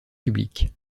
public